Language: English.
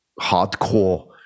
hardcore